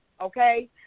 okay